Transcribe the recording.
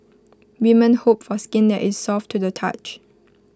women hope for skin that is soft to the touch